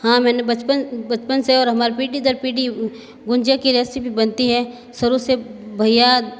हाँ मैंने बचपन बचपन से और हमारा पीढ़ी दर पीढ़ी गुझिया की रेसिपी बनती है शुरू से भैया